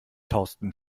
thorsten